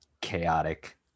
chaotic